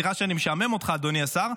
סליחה שאני משעמם אותך אדוני השר,